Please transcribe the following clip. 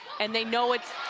and they know it's